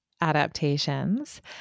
adaptations